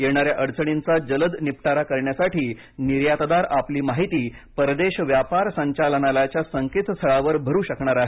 येणाऱ्या अडचणींचा जलद निपटारा करण्यासाठी निर्यातदार आपली माहिती परदेश व्यापार संचालनायाच्या संकेतस्थळावर भरू शकणार आहेत